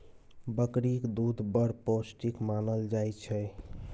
बकरीक दुध बड़ पौष्टिक मानल जाइ छै